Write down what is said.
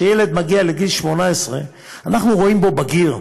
שכשילד מגיע לגיל 18 אנחנו רואים בו בגיר,